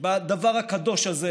שבדבר הקדוש הזה